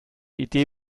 idee